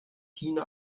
tina